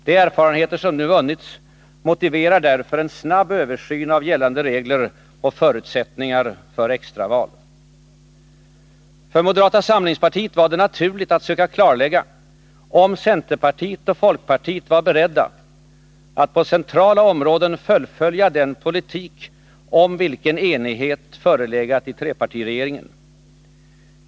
De erfarenheter som nu vunnits motiverar därför en snabb översyn av gällande regler och förutsättningar för extra val. För moderata samlingspartiet var det naturligt att söka klarlägga om centerpartiet och folkpartiet var beredda att på centrala områden fullfölja den politik om vilken enighet förelegat i trepartiregeringen.